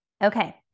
Okay